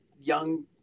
young